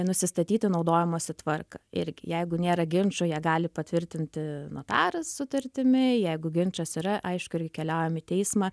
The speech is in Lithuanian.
nusistatyti naudojimosi tvarką irgi jeigu nėra ginčų ją gali patvirtinti notaras sutartimi jeigu ginčas yra aišku ir keliaujam į teismą